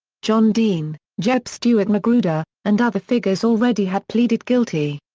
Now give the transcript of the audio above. john dean, jeb stuart magruder, and other figures already had pleaded guilty.